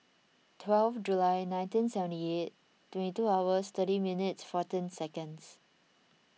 twelve July nineteen seventy eight twenty two hours thirty minutes fourteen seconds